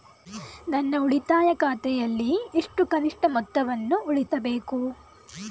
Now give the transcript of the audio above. ನನ್ನ ಉಳಿತಾಯ ಖಾತೆಯಲ್ಲಿ ಎಷ್ಟು ಕನಿಷ್ಠ ಮೊತ್ತವನ್ನು ಉಳಿಸಬೇಕು?